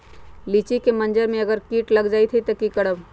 लिचि क मजर म अगर किट लग जाई त की करब?